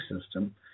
system